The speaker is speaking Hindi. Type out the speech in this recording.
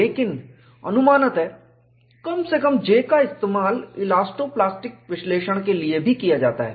लेकिन अनुमानतः कम से कम J का इस्तेमाल इलास्टो प्लास्टिक विश्लेषण के लिए भी किया जाता है